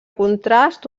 contrast